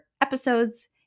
episodes